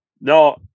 No